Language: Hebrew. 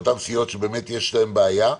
באותן סיעות שבאמת יש להן בעיה,